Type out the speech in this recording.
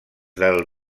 del